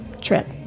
trip